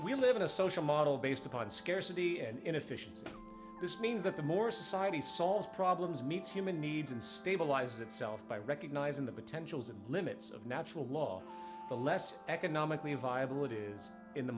we live in a social model based upon scarcity and inefficiency this means that the more a society solves problems meets human needs and stabilize itself by recognizing the potentials and limits of natural law the less economically viable it is in the